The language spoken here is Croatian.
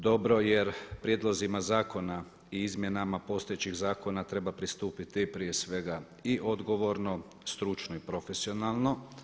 Dobro jer prijedlozima zakona i izmjenama postojećih zakona treba pristupiti prije svega i odgovorno, stručno i profesionalno.